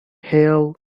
hale